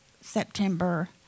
September